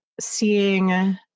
seeing